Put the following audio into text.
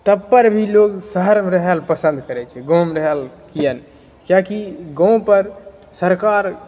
तब पर भी लोग शहरमे रहै लऽ पसंद करैत छै गाँवमे रहै लऽ किआ किआकि गाँव पर सरकार